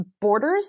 borders